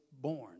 born